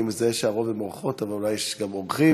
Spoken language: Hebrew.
אני מזהה שהרוב הן אורחות, אבל אולי יש גם אורחים.